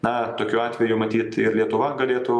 na tokiu atveju matyt ir lietuva galėtų